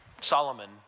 Solomon